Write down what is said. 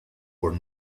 were